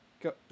go